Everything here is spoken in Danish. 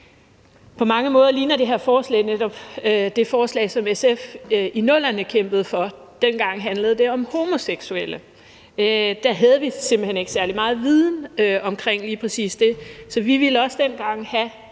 På mange måder ligner det her forslag netop det forslag, som SF i 00'erne kæmpede for. Dengang handlede det om homoseksuelle. Der havde vi simpelt hen ikke særlig meget viden om lige præcis det, så vi ville også dengang have